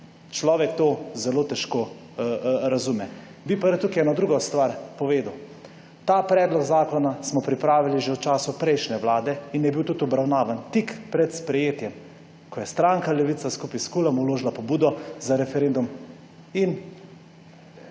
Človek to zelo težko razume. Bi pa rad tukaj eno drugo stvar povedal. Ta predlog zakona smo pripravili že v času prejšnje vlade in je bil tudi obravnavan tik pred sprejetjem, ko je stranka Levica skupaj s KUL-om vložila pobudo za referendum in